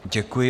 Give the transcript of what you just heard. Děkuji.